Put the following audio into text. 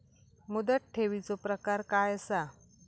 मुदत ठेवीचो प्रकार काय असा?